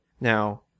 Now